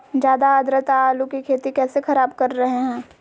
ज्यादा आद्रता आलू की खेती कैसे खराब कर रहे हैं?